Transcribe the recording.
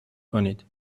کنید